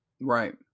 Right